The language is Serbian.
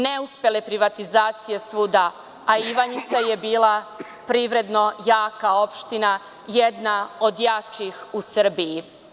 Neuspele privatizacije svuda, a Ivanjica je bila privredno jaka opština, jedna od jačih u Srbiji.